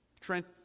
Trent